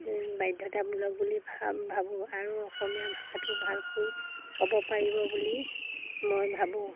বাধ্যতামূলক বুলি ভা ভাবোঁ আৰু অসমীয়া ভাষাটো ভালকৈ ক'ব পাৰিব বুলি মই ভাবোঁ